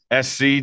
SC